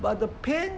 but the pain